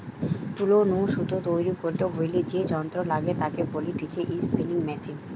তুলো নু সুতো তৈরী করতে হইলে যে যন্ত্র লাগে তাকে বলতিছে স্পিনিং মেশিন